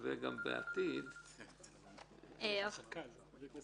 ואחד מהם הוכר כחייב